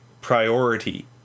priority